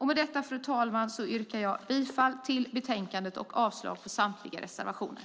Med detta yrkar jag bifall till förslaget i betänkandet och avslag på samtliga reservationer.